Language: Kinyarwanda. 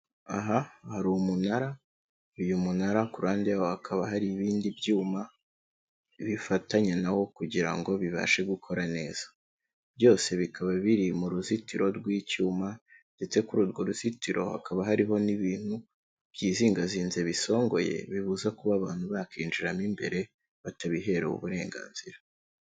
Aha hari umunara, uyu munara kurande yawo hakaba hari ibindi byuma, bifatanya nawo kugira ngo bibashe gukora neza. Byose bikaba biri mu ruzitiro rw'icyuma ndetse kuri urwo ruzitiro hakaba hariho n'ibintu, byizingazinze bisongoye, bibuza kuba abantu bakinjiramo imbere, batabiherewe uburenganzira.